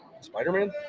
Spider-Man